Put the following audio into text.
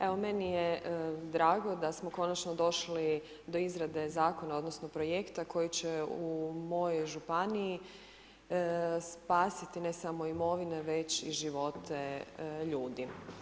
Evo meni je drago da smo konačno došli do izrade zakona odnosno projekta koji će u mojoj županiji spasiti ne samo imovine već i živote ljudi.